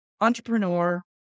entrepreneur